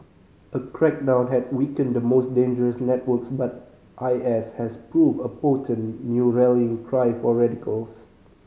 a crackdown had weakened the most dangerous networks but I S has proved a potent new rallying cry for radicals